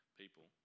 people